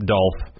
Dolph